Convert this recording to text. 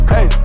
Hey